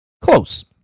close